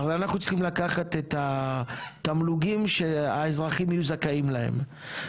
הרי אנחנו צריכים לקחת את התמלוגים שהאזרחים יהיו זכאים להם.